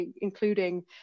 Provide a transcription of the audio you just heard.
including